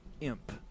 imp